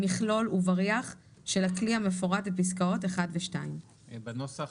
מכלול ובריח של הכלי המפורט בפסקאות (1) ו-(2); בנוסח